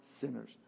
sinners